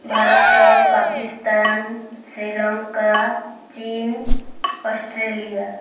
ଭାରତ ପାକିସ୍ତାନ ଶ୍ରୀଲଙ୍କା ଚୀନ ଅଷ୍ଟ୍ରେଲିଆ